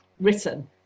written